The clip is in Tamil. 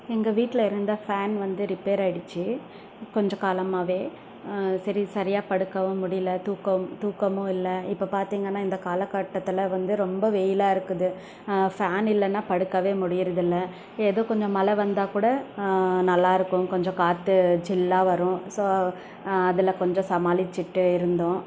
எங்கள் வீட்டில் இருந்த ஃபேன் வந்து ரிப்பேர் ஆயிடுச்சு கொஞ்ச காலமாகவே சரி சரியாக படுக்கவும் முடியல தூக்கம் தூக்கமும் இல்லை இப்போ பார்த்தீங்கன்னா இந்த காலகட்டத்தில் வந்து ரொம்ப வெயிலாக இருக்குது ஃபேன் இல்லைன்னா படுக்கவே முடியறதில்ல ஏதோ கொஞ்சம் மழை வந்தால் கூட நல்லாயிருக்கும் கொஞ்சம் காற்று சில்லாக வரும் ஸோ அதில் கொஞ்சம் சமாளிச்சுட்டு இருந்தோம்